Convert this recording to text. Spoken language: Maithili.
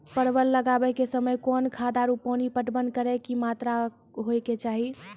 परवल लगाबै के समय कौन खाद आरु पानी पटवन करै के कि मात्रा होय केचाही?